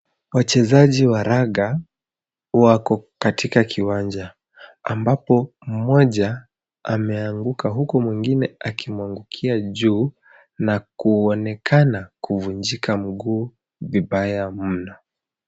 Wachezaji wa raga wako katika kiwanja, ambapo mmoja ameanguka, huku mwingine akimwangukia juu na kuonekana kuvunjika mguu vibaya mno.